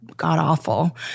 god-awful